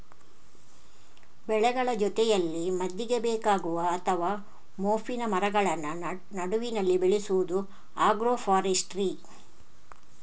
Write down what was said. ಬೆಳೆಗಳ ಜೊತೆಯಲ್ಲಿ ಮದ್ದಿಗೆ ಬೇಕಾಗುವ ಅಥವಾ ಮೋಪಿನ ಮರಗಳನ್ನ ನಡುವಿನಲ್ಲಿ ಬೆಳೆಸುದು ಆಗ್ರೋ ಫಾರೆಸ್ಟ್ರಿ